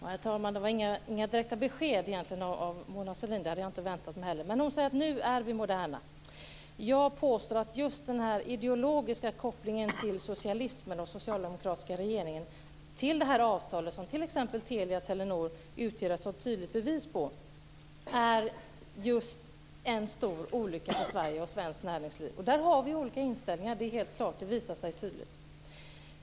Herr talman! Det var egentligen inga direkta besked av Mona Sahlin, och det hade jag inte väntat mig heller. Hon säger att nu är vi moderna. Jag påstår att just den ideologiska kopplingen till socialismen och den socialdemokratiska regeringen, som t.ex. Telia-Telenor utgör ett så tydligt bevis på, är en stor olycka för Sverige och svenskt näringsliv. Där har vi olika inställningar. Det är helt klart, och det visar sig tydligt.